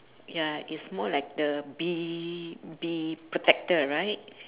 ya it's more like the bee bee protector right